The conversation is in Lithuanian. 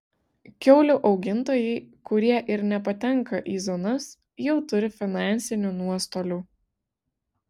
kiaulių augintojai kurie ir nepatenka į zonas jau turi finansinių nuostolių